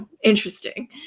interesting